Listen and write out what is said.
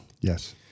Yes